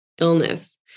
illness